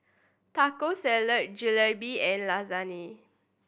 Taco Salad Jalebi and Lasagne